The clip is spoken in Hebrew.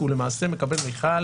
כי הוא למעשה מקבל מכל